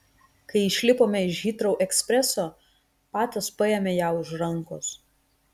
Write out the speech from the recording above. kai išlipome iš hitrou ekspreso patas paėmė ją už rankos